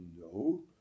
no